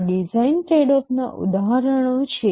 આ ડિઝાઇન ટ્રેડઓફના ઉદાહરણો છે